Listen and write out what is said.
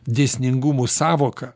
dėsningumų sąvoką